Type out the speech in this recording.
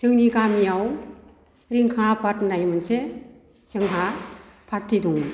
जोंनि गामियाव रिंखां आफाद होननाय मोनसे जोंहा पार्ति दंमोन